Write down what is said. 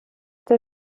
der